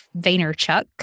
Vaynerchuk